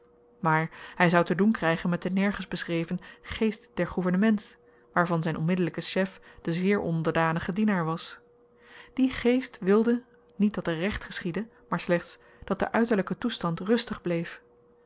maar hy zou te doen krygen met den nergens beschreven geest des gouvernements waarvan z'n onmiddellyke chef de zeer onderdanige dienaar was die geest wilde niet dat er recht geschiedde maar slechts dat de uiterlyke toestand rustig bleef